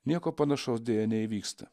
nieko panašaus deja neįvyksta